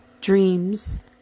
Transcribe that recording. dreams